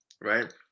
right